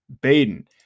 Baden